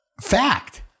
Fact